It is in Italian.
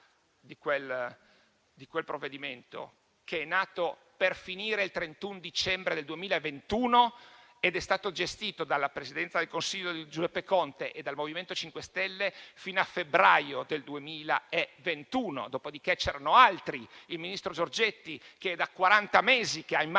di quel provvedimento, che è nato per finire il 31 dicembre 2021 ed è stato gestito dalla Presidenza del Consiglio di Giuseppe Conte e dal MoVimento 5 Stelle fino al febbraio del 2021, dopodiché c'erano altri, come il ministro Giorgetti, che da quaranta mesi ha in mano